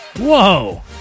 Whoa